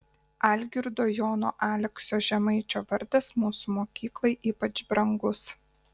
algirdo jono aleksio žemaičio vardas mūsų mokyklai ypač brangus